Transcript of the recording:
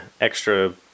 extra